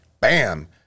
Bam